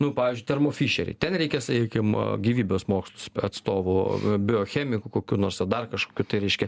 nu pavyzdžiui termo fišerį ten reikės sakykim gyvybės mokslų atstovų biochemikų kokių nors ar dar kažkokių tai reiškia